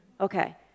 Okay